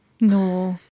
no